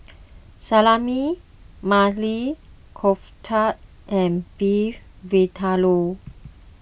Salami Maili Kofta and Beef Vindaloo